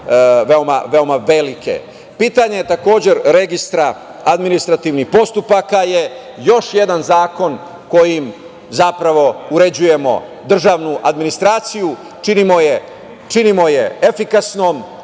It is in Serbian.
veoma velike. Pitanje, takođe registra administrativne postupaka je još jedan zakon kojim zapravo uređujemo državnu administraciju, činimo je efikasnom